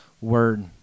word